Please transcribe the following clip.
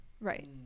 Right